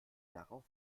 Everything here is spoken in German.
darauf